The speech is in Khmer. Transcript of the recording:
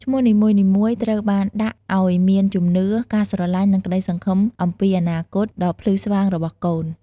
ឈ្មោះនីមួយៗត្រូវបានដាក់ដោយមានជំនឿ ការស្រឡាញ់ និងក្តីសង្ឃឹមអំពីអនាគតដ៏ភ្លឺស្វាងរបស់កូន។